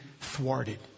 thwarted